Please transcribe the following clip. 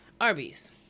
Arby's